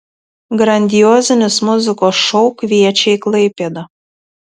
grandiozinis muzikos šou kviečia į klaipėdą